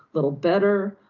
little better,